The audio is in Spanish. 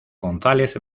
gonzález